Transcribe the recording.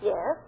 Yes